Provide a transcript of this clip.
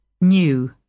New